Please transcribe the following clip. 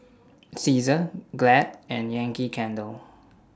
Cesar Glad and Yankee Candle